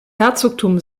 herzogtum